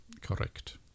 Correct